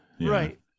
right